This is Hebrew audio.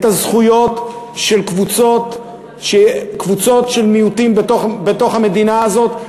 הזכויות של קבוצות של מיעוטים בתוך המדינה הזאת,